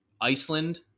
iceland